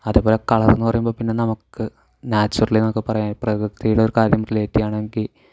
അതേപോലെ കളർ എന്ന് പറയുമ്പോൾ പിന്നെ നമുക്ക് നാച്ചുറലി നമുക്ക് പറയാൻ പ്രകൃതിയുടെ ഒരുകാര്യം റിലേറ്റ് ചെയ്യണമെങ്കിൽ